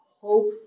hope